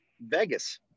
vegas